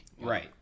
Right